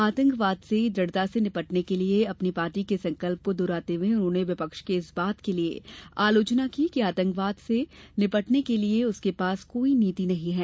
आतंकवाद से द्रढ़ता से निपटने के लिए अपनी पार्टी के संकल्प को दोहराते हुए उन्होंने विपक्ष की इस बात के लिए आलोचना की कि आतंक से निपटने के लिए उसके पास कोई नीति नहीं है